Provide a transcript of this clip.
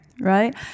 right